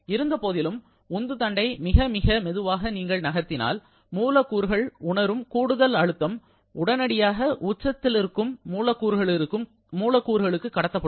இருந்தபோதிலும் உந்து தண்டை மிக மிக மெதுவாக நீங்கள் நகத்தினால் மூலக்கூறுகள் உணரும் கூடுதல் அழுத்தம் உடனடியாக உச்சத்திலிருக்கும் மூலக்கூறுகளுக்கு கடத்தப்படும்